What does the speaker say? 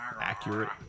Accurate